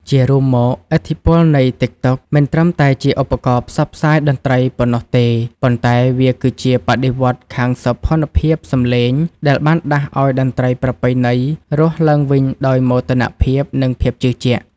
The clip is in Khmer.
ជារួមមក ឥទ្ធិពលនៃ TikTok មិនត្រឹមតែជាឧបករណ៍ផ្សព្វផ្សាយតន្ត្រីប៉ុណ្ណោះទេ ប៉ុន្តែវាគឺជាបដិវត្តន៍ខាងសោភ័ណភាពសម្លេង ដែលបានដាស់ឱ្យតន្ត្រីប្រពៃណី រស់ឡើងវិញដោយមោទនភាព និងភាពជឿជាក់។